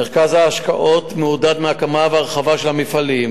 מרכז ההשקעות מעודד הקמה והרחבה של מפעלים,